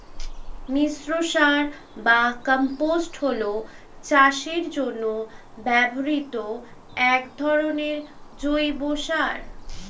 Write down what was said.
মিশ্র সার বা কম্পোস্ট হল চাষের জন্য ব্যবহৃত এক ধরনের জৈব সার